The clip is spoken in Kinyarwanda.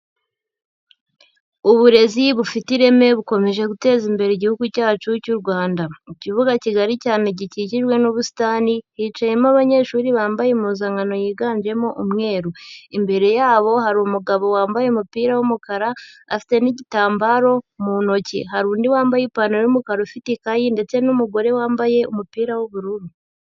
Uburezi bufite ireme bukomeje guteza imbere igihugu cyacu cy'u Rwanda. Ikibuga kigari cyane gikikijwe n'ubusitani, hicayemo abanyeshuri bambaye impuzankano yiganjemo umweru. Imbere yabo hari umugabo wambaye umupira w'umukara, afite n'igitambaro mu ntoki. Hari undi wambaye ipantaro y'umukara ufite ikayi ndetse n'umugore wambaye umupira w'ubururu.